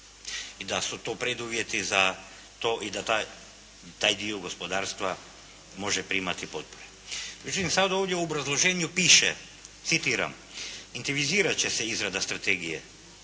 i da su to preduvjeti za to i da taj dio gospodarstva može primati potpore. Međutim, sad ovdje u obrazloženju piše, citiram "Intenzivirat će se izrada strategije